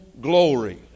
glory